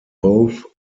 both